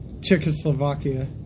Czechoslovakia